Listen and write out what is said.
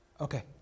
Okay